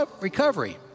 Recovery